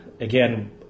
again